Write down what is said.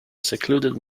secluded